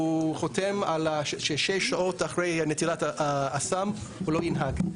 הוא חותם שש שעות אחרי נטילת הסם הוא לא ינהג.